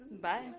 Bye